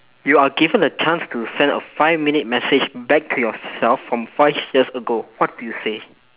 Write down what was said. you are given a chance to send a five minute message back to yourself from five years ago what do you say